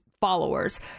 followers